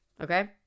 Okay